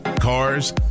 cars